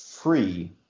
free